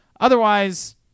Otherwise